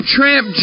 Tramp